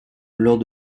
lors